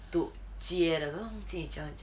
to 接的忘记你这样讲